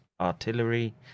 Artillery